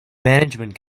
management